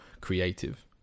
creative